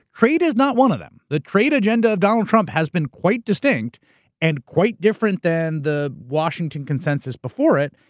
trade is not one of them. the trade agenda of donald trump has been quite distinct and quite different than the washington consensus before it,